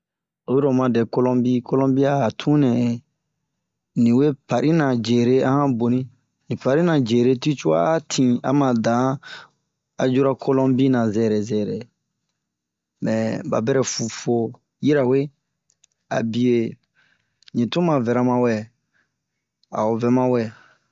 Oyi lo o ma dɛ Kolɔmbi, Kolɔmbi a tun nɛ, nii we parina yere ahan boni, li parina yere tii cua tin ama dan ayura Kolɔmbi na zɛrɛ zɛrɛ. Mɛɛ ba berɛ fu fuo yirawe a bie li tun ma vɛra mawa,a ho vɛ ma wɛɛ.